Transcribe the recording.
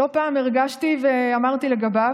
לא פעם הרגשתי ואמרתי לגביו,